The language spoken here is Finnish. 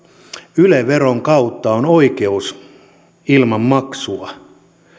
yle veron kautta on oikeus ilman maksua